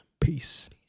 Peace